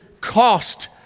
cost